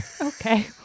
Okay